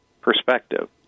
perspective